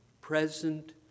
present